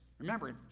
Remember